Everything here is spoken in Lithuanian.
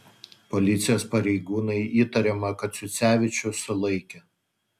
policijos pareigūnai įtariamą kaciucevičių sulaikė